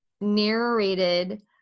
narrated